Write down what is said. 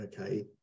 okay